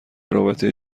رابطه